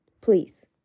Please